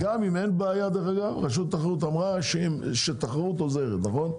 גם אין בעיה רשות התחרות אמרה שהתחרות עוזרת נכון?